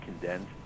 condensed